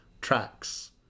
tracks